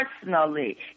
Personally